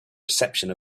reception